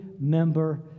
member